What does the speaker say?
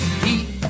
heat